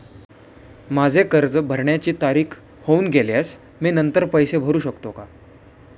माझे कर्ज भरण्याची तारीख होऊन गेल्यास मी नंतर पैसे भरू शकतो का?